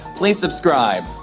please subscribe.